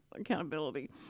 accountability